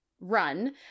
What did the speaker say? run